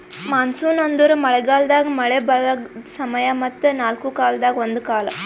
monsoon ಅಂದುರ್ ಮಳೆ ಗಾಲದಾಗ್ ಮಳೆ ಬರದ್ ಸಮಯ ಮತ್ತ ನಾಲ್ಕು ಕಾಲದಾಗ ಒಂದು ಕಾಲ